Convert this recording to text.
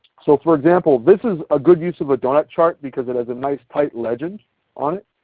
so for example, this is a good use of a donut chart because it has a nice tight legend on it.